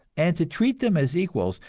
and to treat them as equals,